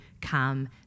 come